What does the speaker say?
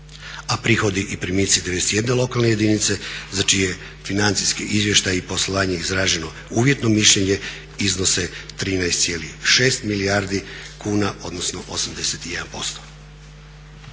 A prihodi i primici 91 lokalne jedinice za čije financijske izvještaje i poslovanje je izraženo uvjetno mišljenje iznose 13,6 milijardi kuna odnosno 81%.